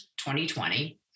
2020